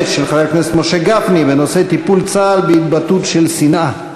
של חבר הכנסת משה גפני בנושא: טיפול צה"ל בהתבטאות של שנאה.